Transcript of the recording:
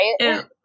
right